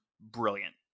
brilliant